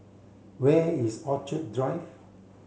where is Orchid Drive